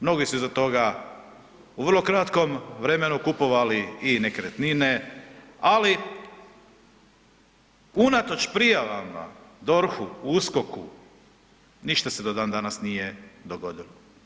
Mnogi su iza toga u vrlo kratkom vremenu kupovali i nekretnine, ali unatoč prijava DORH-u, USKOK-u, ništa se do dandanas nije dogodilo.